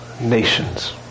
nations